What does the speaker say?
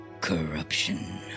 corruption